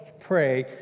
pray